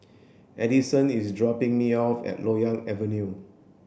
Adison is dropping me off at Loyang Avenue